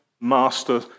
master